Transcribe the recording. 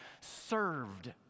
served